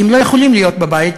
כי הם לא יכולים להיות בבית,